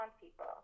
people